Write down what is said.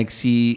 see